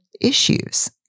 issues